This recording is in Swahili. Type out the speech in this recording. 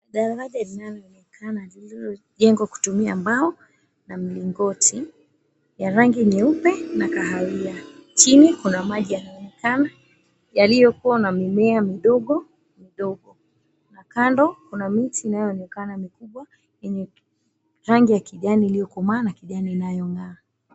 Daraja linaloonekana lililojengwa kutumia mbao na mlingoti ya rangi nyeupe na kahawia. Chini kuna maji yanaonekana yaliyokuwa na mimea midogo midogo. Na kando kuna miti inayoonekana mikubwa yenye rangi ya kijani iliyokomaa na kijani inayong'aa.